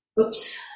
Oops